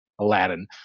Aladdin